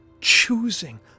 choosing